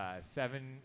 seven